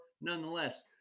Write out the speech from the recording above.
nonetheless